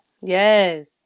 Yes